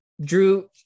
Drew